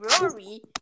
Rory